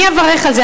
אני אברך על זה,